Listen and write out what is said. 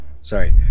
Sorry